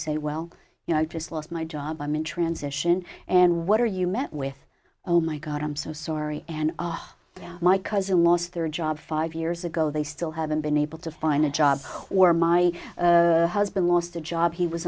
say well you know i just lost my job i'm in transition and what are you met with oh my god i'm so sorry and my cousin lost their job five years ago they still haven't been able to find a job or my husband lost a job he was